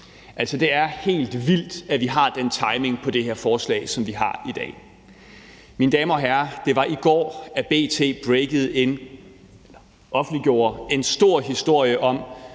det er helt vildt, at vi har den timing med det her forslag, som vi har i dag. Mine damer og herrer, det var i går, at B.T. offentliggjorde en stor historie om,